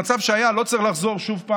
המצב שהיה לא צריך לחזור שוב.